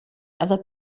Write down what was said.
other